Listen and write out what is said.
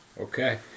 Okay